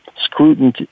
scrutiny